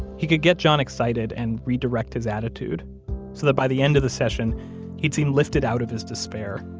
he could get john excited and redirect his attitude, so that by the end of the session he'd seemed lifted out of his despair.